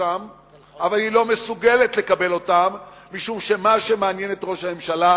אבל היא לא מסוגלת לקבל אותן משום שמה שמעניין את ראש הממשלה